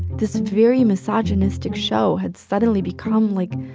this very misogynistic show had suddenly become, like,